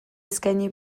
eskaini